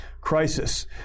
crisis